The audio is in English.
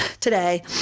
today